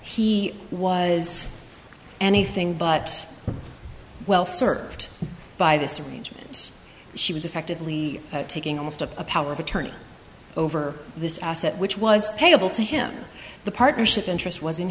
he was anything but well served by this arrangement she was effectively taking almost a power of attorney over this asset which was payable to him the partnership interest was